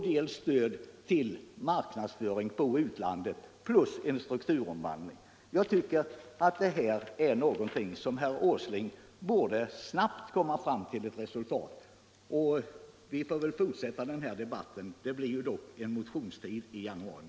dels stöd till marknadsföring på utlandet och dessutom en strukturomvandling. Jag tycker att här borde herr Åsling snabbt komma fram till eu resultat. Vi får väl fortsätta den här debatten senare - det blir ju en motionstid I januari.